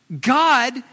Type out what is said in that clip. God